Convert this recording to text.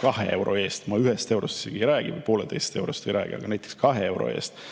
kahe euro eest – ma ühest eurost isegi ei räägi, poolteisest eurost ei räägi, aga näiteks kahe euro eest